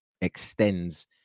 extends